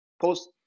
post